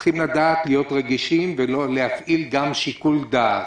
צריך לדעת להיות רגישים ולהפעיל גם שיקול דעת.